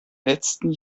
letzten